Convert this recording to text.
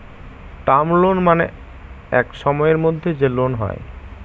term loan মানে এক সময়ের মধ্যে যে লোন হয়